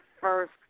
first